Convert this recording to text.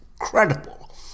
incredible